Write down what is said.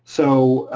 so,